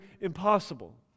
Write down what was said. impossible